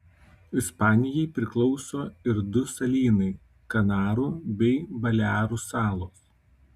ispanijai priklauso ir du salynai kanarų bei balearų salos